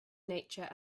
nature